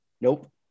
Nope